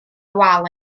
wal